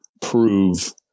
prove